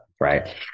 right